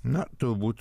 na turbūt